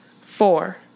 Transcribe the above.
Four